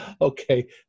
Okay